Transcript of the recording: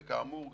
וכאמור,